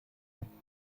prüfung